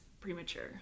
premature